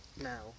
now